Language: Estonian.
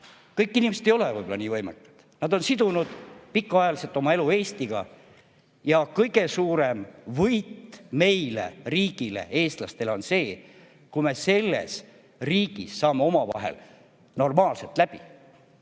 Kõik inimesed ei ole võib-olla nii võimekad. Nad on sidunud pikaajaliselt oma elu Eestiga. Ja kõige suurem võit meile – riigile, eestlastele – on see, kui me selles riigis saame omavahel normaalselt läbi